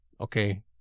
Okay